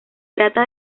trata